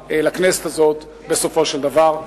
באה לכנסת הזאת בסופו של דבר.